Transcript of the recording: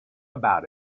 about